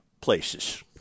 places